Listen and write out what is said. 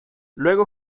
luego